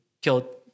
killed